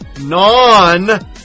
non